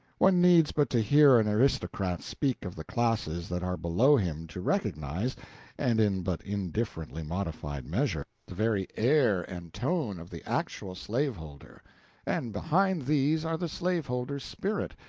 one needs but to hear an aristocrat speak of the classes that are below him to recognize and in but indifferently modified measure the very air and tone of the actual slaveholder and behind these are the slaveholder's spirit,